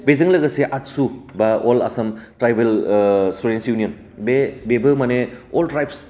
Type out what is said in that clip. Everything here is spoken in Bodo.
बेजों लोगोसे आसु बा अल आसाम स्टुडेन्स इउनियन बे बेबो माने अल ट्राइबसखौ